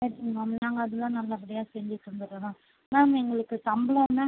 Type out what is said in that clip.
okay ma'am நாங்கள் அதெலாம் நல்ல படியாக செஞ்சு தந்துடுறோம் மேம் மேம் எங்களுக்கு சம்பளம் மேம்